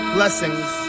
Blessings